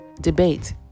debate